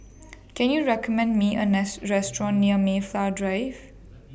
Can YOU recommend Me A Restaurant near Mayflow Drive